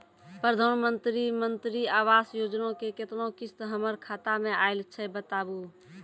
प्रधानमंत्री मंत्री आवास योजना के केतना किस्त हमर खाता मे आयल छै बताबू?